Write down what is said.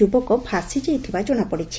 ଯ୍ରବକ ଭାସିଯାଇଥିବା ଜଣାପଡିଛି